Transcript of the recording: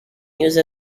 used